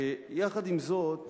יחד עם זאת,